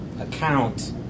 account